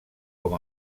com